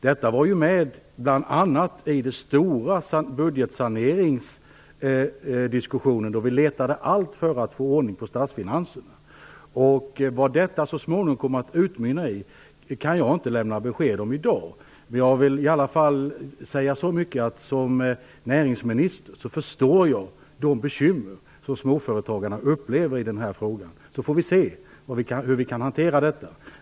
Bl.a. fanns denna fråga med i den stora budgetsaneringsdiskussionen, där vi letade efter alla sätt att få ordning på statsfinanserna. Vad detta så småningom kommer att utmynna i kan jag inte lämna besked om i dag. Som näringsminister kan jag ändå säga att jag förstår de bekymmer som småföretagarna upplever i denna fråga. Vi får se hur detta kan hanteras.